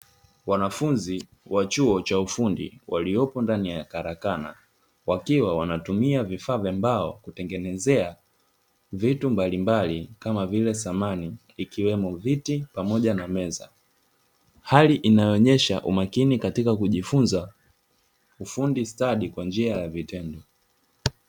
Wanafunzi wa chuo cha ufundi waliopo ndani ya karakana, wakiwa wanatumia vifaa vya mbao kutengenezea vitu mbalimbali, kama vile; samani, ikiwemo viti pamoja na meza, hali inayoonyesha umakini katika kujifunza ufundi stadi kwa njia ya vitendo.